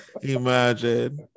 Imagine